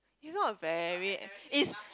it's not a very it's